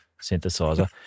synthesizer